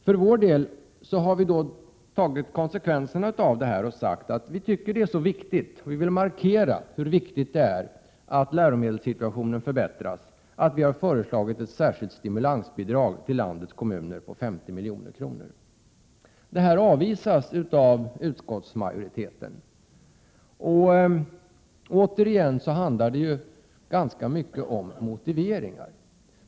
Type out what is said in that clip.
Vi har för vår del tagit konsekvenserna av detta, och vi vill därför markera hur viktigt det är att läromedelssituationen förbättras. Vi har därför föreslagit ett särskilt stimulansbidrag på 50 milj.kr. till landets kommuner. Detta avvisas av utskottsmajoriteten. Återigen handlar det ganska mycket om motiveringar.